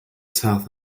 south